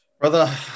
Brother